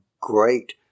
great